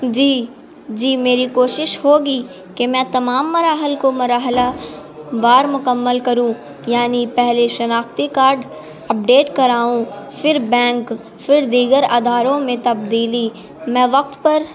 جی جی میری کوشش ہوگی کہ میں تمام مراحل کو مرحلہ وار مکمل کروں یعنی پہلے شناختی کارڈ اپڈیٹ کراؤں پھر بینک پھر دیگر اداروں میں تبدیلی میں وقت پر